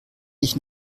ich